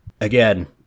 Again